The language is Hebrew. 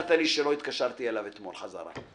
והזכרת לי שלא התקשרתי אליו אתמול חזרה.